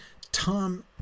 Tom